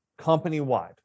company-wide